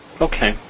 Okay